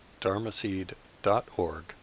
dharmaseed.org